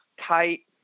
tight